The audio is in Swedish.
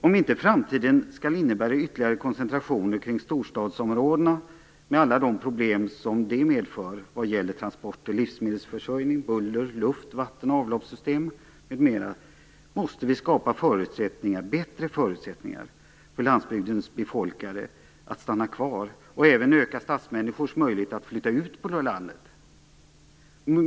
Om inte framtiden skall innebära ytterligare koncentrationer kring storstadsområdena med alla problem som det medför vad gäller transporter, livsmedelsförsörjning, buller, vatten och avloppssystem m.m. måste vi skapa bättre förutsättningar för landsbygdens befolkare att stanna kvar och även öka stadsmänniskors möjligheter att flytta ut på landet.